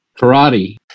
karate